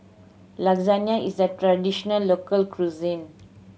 lasagne is a traditional local cuisine